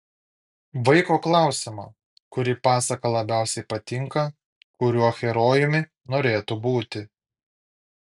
vaiko klausiama kuri pasaka labiausiai patinka kuriuo herojumi norėtų būti